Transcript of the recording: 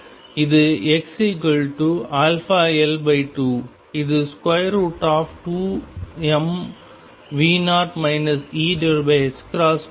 இப்போது XαL2 இது2m2 L2